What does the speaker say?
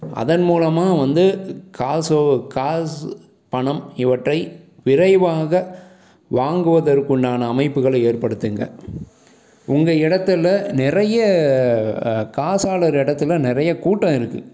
அதன்மூலமாக வந்து காசோ காசு பணம் இவற்றை விரைவாக வாங்குவதற்குண்டான அமைப்புகளை ஏற்படுத்துங்கள் உங்கள் இடத்துல நிறை காசாளர் இடத்துல நிறைய கூட்டம் இருக்கு